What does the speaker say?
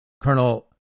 Colonel